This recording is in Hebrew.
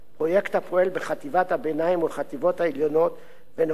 פרויקט הפועל בחטיבות הביניים ובחטיבות העליונות ונועד